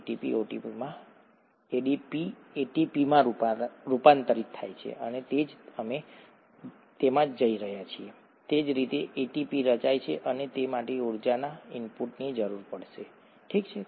ADP એટીપીમાં રૂપાંતરિત થાય છે અને તે જ અમે જઈ રહ્યા છીએ તે જ રીતે એટીપી રચાય છે અને તે માટે ઊર્જાના ઇનપુટની જરૂર પડશે ઠીક છે